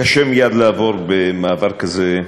קשה מייד לעבור, במעבר כזה,